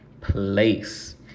place